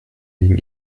wegen